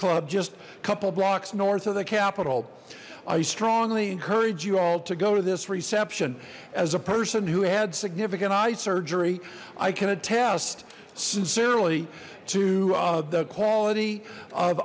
club just a couple blocks north of the capitol i strongly encourage you all to go to this reception as a person who had significant eye surgery i can attest sincerely to the quality of